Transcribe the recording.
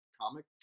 comic